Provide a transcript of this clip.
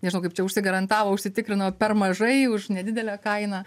nežinau kaip čia užsigarantavo užsitikrino per mažai už nedidelę kainą